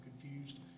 confused